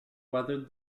weathered